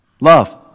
Love